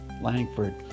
langford